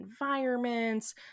environments